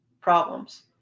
problems